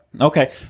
Okay